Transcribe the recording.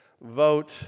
vote